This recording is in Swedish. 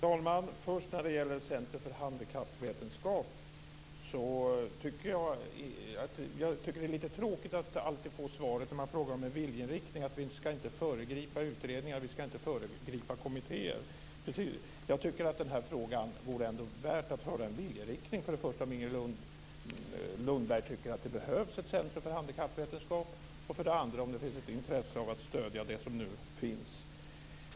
Fru talman! När det gäller Centrum för handikappvetenskap tycker jag att det är lite tråkigt att alltid få samma svar när man frågar om en viljeinriktning: Vi ska inte föregripa utredningar och kommittéer. Jag tycker att det i den här frågan ändå vore värt att ha en viljeinriktning. Tycker Inger Lundberg att det behövs ett centrum för handikappvetenskap? Finns det ett intresse av att stödja det som nu finns?